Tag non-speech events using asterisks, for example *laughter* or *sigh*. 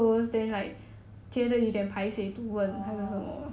*laughs*